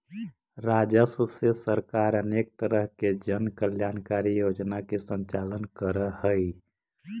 राजस्व से सरकार अनेक तरह के जन कल्याणकारी योजना के संचालन करऽ हई